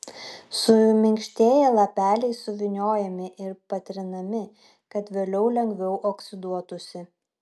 suminkštėję lapeliai suvyniojami ir patrinami kad vėliau lengviau oksiduotųsi